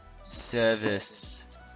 service